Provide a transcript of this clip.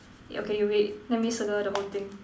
yeah K you wait let me circle the whole thing